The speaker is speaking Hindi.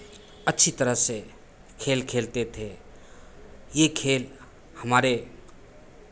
अच्छी तरह से खेल खेलते थे ये खेल हमारे